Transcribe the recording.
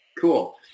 Cool